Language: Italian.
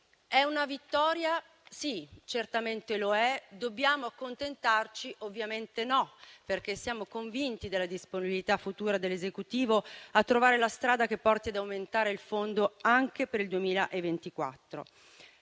È una vittoria? Sì, certamente. Dobbiamo accontentarci? Ovviamente no, perché siamo convinti della disponibilità futura dell'Esecutivo a trovare la strada che porti ad aumentare il fondo anche per il 2024.